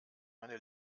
meine